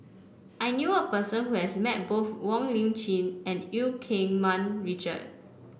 I knew a person who has met both Wong Lip Chin and Eu Keng Mun Richard